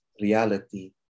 reality